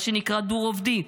מה שנקרא דו-רובדי,